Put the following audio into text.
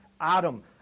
Adam